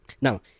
Now